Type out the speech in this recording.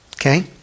okay